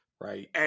Right